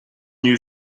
new